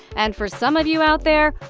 and for some of you out there,